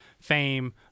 fame